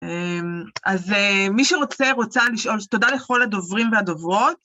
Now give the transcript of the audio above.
אז מי שרוצה רוצה לשאול, תודה לכל הדוברים והדוברות.